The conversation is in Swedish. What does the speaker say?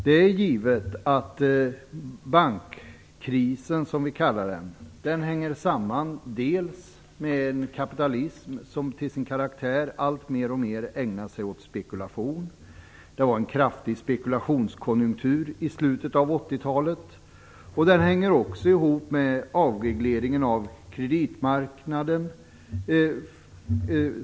Det är givet att bankkrisen, som vi kallar den, hänger samman dels med en kapitalism som till sin karaktär är sådan att den alltmer ägnar sig åt spekulation - det var en kraftig spekulationskonjunktur i slutet av 80-talet - dels med avreglering av kreditmarknaden.